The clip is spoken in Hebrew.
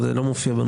מופיע.